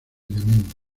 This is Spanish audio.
elemento